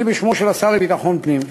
אני מדבר בשמו של השר לביטחון פנים.